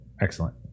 Excellent